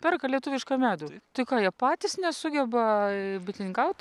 perka lietuvišką medų tai ką jie patys nesugeba bitininkaut